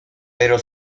pero